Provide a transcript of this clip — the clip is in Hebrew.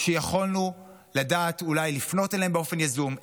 שיכולנו אולי לדעת לפנות אליהם באופן יזום,